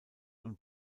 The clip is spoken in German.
und